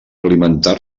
alimentar